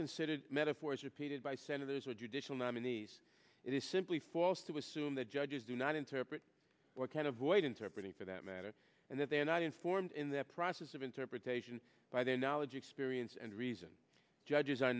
considered metaphors repeated by senators or judicial nominees it is simply false to assume that judges do not interpret what kind of way to interpret it for that matter and that they are not informed in the process of interpretation by their knowledge experience and read judges